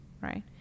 right